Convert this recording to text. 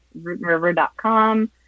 RootandRiver.com